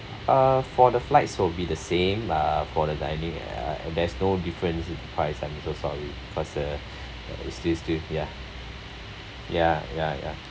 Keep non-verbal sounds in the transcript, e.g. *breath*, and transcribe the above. uh for the flights will be the same uh for the dining uh there's no difference in price I'm so sorry because uh *breath* it's still still ya ya ya ya